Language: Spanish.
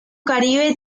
caribe